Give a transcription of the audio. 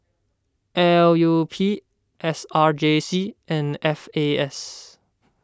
L U P S R J C and F A S